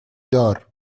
دار